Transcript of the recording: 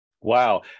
Wow